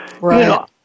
Right